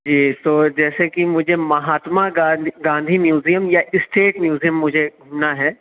جی تو جیسے کہ مجھے مہاتما گاندھی گاندھی میوزیم یا اسٹیٹ میوزیم مجھے گھومنا ہے